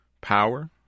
Power